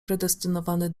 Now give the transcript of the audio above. predestynowany